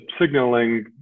signaling